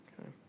Okay